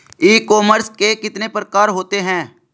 ई commerce के कितने प्रकार होते हैं?